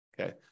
okay